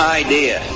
idea